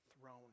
throne